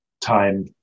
time